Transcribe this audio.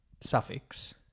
suffix